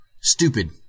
Stupid